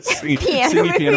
Piano